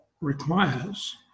requires